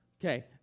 Okay